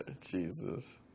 Jesus